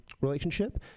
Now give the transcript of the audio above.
relationship